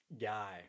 guy